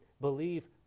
believe